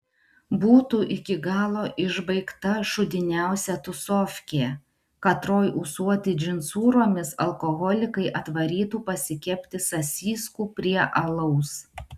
būtų iki galo išbaigta šūdiniausia tūsofkė katroj ūsuoti džinsūromis alkoholikai atvarytų pasikepti sasyskų prie alaus